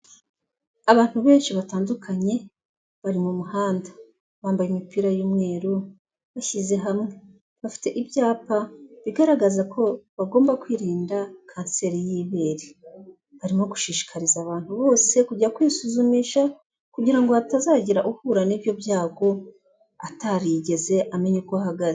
Abantu benshi batandukanye bari mu muhanda. Bambaye imipira y'umweru bashyize hamwe. Bafite ibyapa bigaragaza ko bagomba kwirinda kanseri y'ibere. Barimo gushishikariza abantu bose kujya kwisuzumisha kugira ngo hatazagira uhura n'ibyo byago atarigeze amenya uko ahagaze.